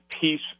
peace